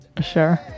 Sure